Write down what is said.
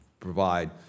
provide